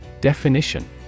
Definition